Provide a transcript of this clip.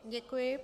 Děkuji.